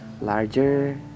Larger